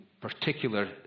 particular